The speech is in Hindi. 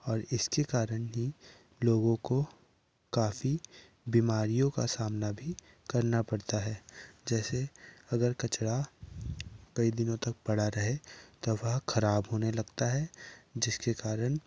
और इसके कारण ही लोगों को काफ़ी बीमारियों का सामना भी करना पड़ता है जैसे अगर कचड़ा कई दिनों तक पड़ा रहे तो वह खराब होने लगता है जिसके कारण